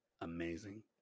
Amazing